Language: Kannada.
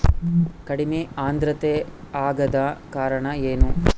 ಕಡಿಮೆ ಆಂದ್ರತೆ ಆಗಕ ಕಾರಣ ಏನು?